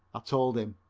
i told him.